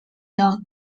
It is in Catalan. lloc